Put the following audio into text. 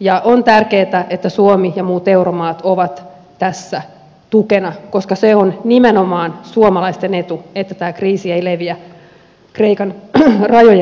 ja on tärkeätä että suomi ja muut euromaat ovat tässä tukena koska se on nimenomaan suomalaisten etu että tämä kriisi ei leviä kreikan rajojen ulkopuolelle